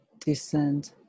descend